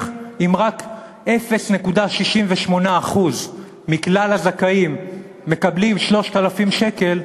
אם רק 0.68% מכלל הזכאים מקבלים 3,000 שקל,